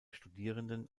studierenden